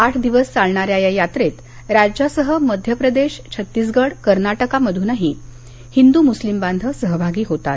आठ दिवस चालणाऱ्या या यात्रेत राज्यासह मध्य प्रदेश छत्तीसगड कर्नाटकमधूनही लाखो हिंदू मुस्लिम बांधव सहभागी होतात